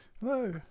hello